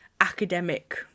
academic